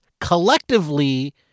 collectively